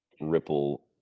ripple